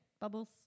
Bubbles